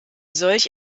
solch